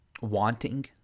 wanting